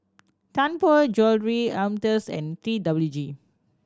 Tianpo Jewellery Ameltz and T W G